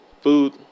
food